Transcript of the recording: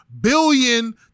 billion